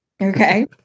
Okay